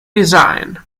design